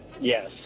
Yes